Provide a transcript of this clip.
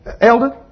elder